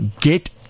Get